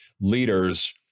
leaders